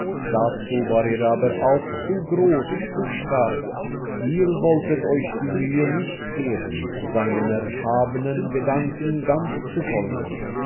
dazu war er aber auch zu groß zu stark ihr wolltet euch die mühe nicht geben seinen erhabenen gedanken ganz zu folgen